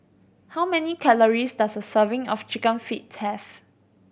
how many calories does a serving of Chicken Feet have